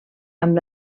amb